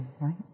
right